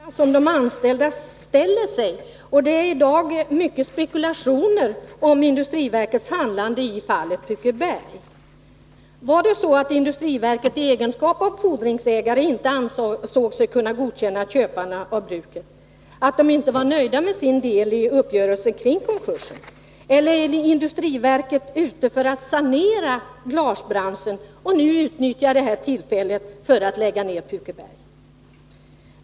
Herr talman! Det är många frågor de anställda ställer. Och det cirkulerar många spekulationer när det gäller industriverkets agerande i fallet Pukeberg. Var det så att industriverket i egenskap av fordringsägare inte ansåg sig kunna godkänna köparna av bruket, att de inte var nöjda med sin del av uppgörelsen kring konkursen? Eller är det så att industriverket är ute efter att sanera glasbranschen och därför nu utnyttjar detta tillfälle till att lägga ned Pukeberg?